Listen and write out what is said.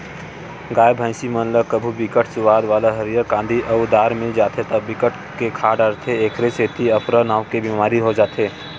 गाय, भइसी मन ल कभू बिकट सुवाद वाला हरियर कांदी अउ दार मिल जाथे त बिकट के खा डारथे एखरे सेती अफरा नांव के बेमारी हो जाथे